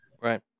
Right